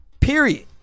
Period